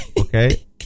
okay